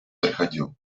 приходил